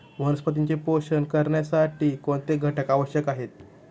वनस्पतींचे पोषण करण्यासाठी कोणते घटक आवश्यक आहेत?